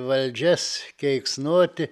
valdžias keiksnoti